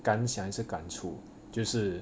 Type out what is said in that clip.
感想还是感触就是